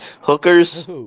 hookers